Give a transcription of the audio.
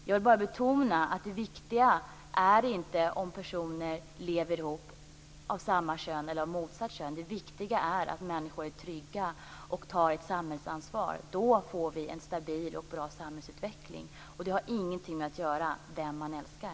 Jag vill betona att det viktiga inte är om personer av samma kön eller av motsatt kön lever ihop. Det viktiga är att människor är trygga och tar ett samhällsansvar. Då får vi en stabil och bra samhällsutveckling. Det har alltså inte att göra med vem man älskar.